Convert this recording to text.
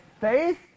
faith